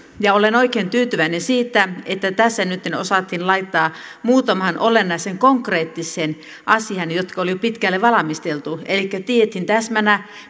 toiminnot olen oikein tyytyväinen siitä että tässä nyt osattiin laittaa rahoja muutamaan olennaiseen konkreettiseen asiaan jotka oli jo pitkälle valmisteltu elikkä tiedettiin täsmänä